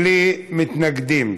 בלי מתנגדים.